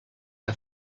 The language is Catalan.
que